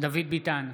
דוד ביטן,